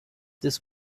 this